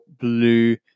blue